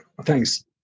Thanks